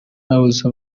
ahuza